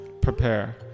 prepare